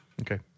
Okay